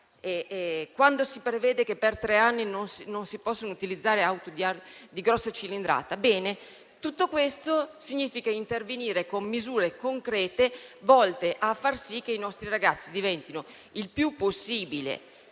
e si prevede che per tre anni non si possano utilizzare auto di grossa cilindrata: tutto questo significa intervenire con misure concrete volte a far sì che i nostri ragazzi diventino il più possibile